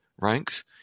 ranks